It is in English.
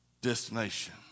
destination